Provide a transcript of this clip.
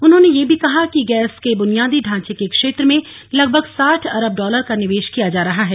उन्होंने यह भी कहा कि गैस के बुनियादी ढांचे के क्षेत्र में लगभग साठ अरब डॉलर का निवेश किया जा रहा है